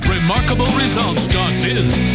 RemarkableResults.biz